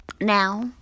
Now